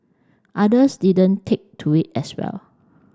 others didn't take to it as well